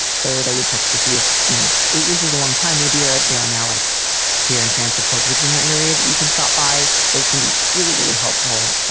third, i would check to see if, you know, eight years is a long time maybe. are there an alec queer and trans support groups in your area that you can stop by? those can be really, really helpful.